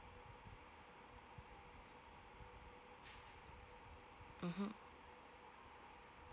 mmhmm